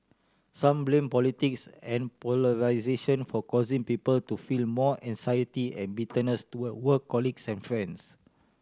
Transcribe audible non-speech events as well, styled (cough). some blame politics and polarisation for causing people to feel more anxiety and bitterness toward colleagues and (unintelligible)